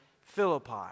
Philippi